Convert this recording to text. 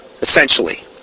Essentially